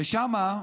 ושם,